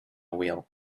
wheel